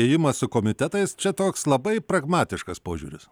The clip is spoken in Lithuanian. ėjimas su komitetais čia toks labai pragmatiškas požiūris